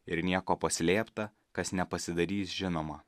ir nieko paslėpta kas nepasidarys žinoma